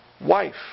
wife